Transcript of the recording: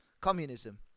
communism